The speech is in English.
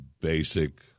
basic